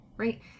Right